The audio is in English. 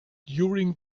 during